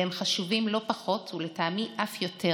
והם חשובים לא פחות, ולטעמי אף יותר,